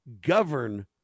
govern